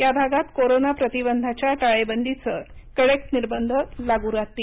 या भागांत कोरोना प्रतिबंधाच्या टाळेबंदीचं कडक निर्बंध लागू राहतील